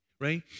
right